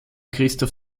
christoph